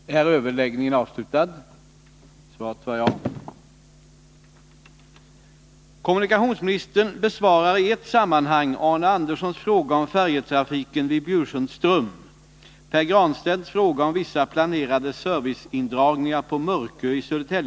Alternativ förbindelse med Loftahammarsområdet är väg 874, som har mycket låg standard. En inskränkning enligt förslaget skulle innebära en allvarlig försämring för alla de människor som bor i Loftahammarsområdet. Vintertid skulle bl.a. uppstå mycket allvarliga säkerhetsrisker, då väg 874 är besvärlig att hålla framkomlig. Vägverket måste förändra sin beredskapsplan med större insatser och kostnader som följd.